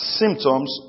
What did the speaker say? symptoms